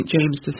James